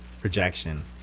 projection